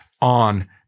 on